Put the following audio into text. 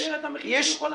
מקטין את המחיר בכל הארץ.